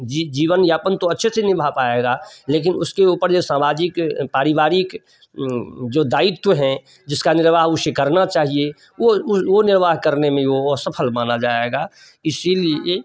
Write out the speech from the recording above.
जी जीवन यापन तो अच्छे से निभा पाएगा लेकिन उसके ऊपर जो सामाजिक पारिवारिक जो दायित्व हैं जिसका निर्वाह उसे करना चाहिए वह वह निर्वाह करने में वह असफल माना जाएगा इसलिए